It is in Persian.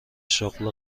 شغل